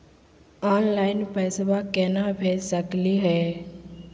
Online पैसवा केना भेज सकली हे?